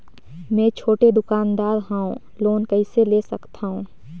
मे छोटे दुकानदार हवं लोन कइसे ले सकथव?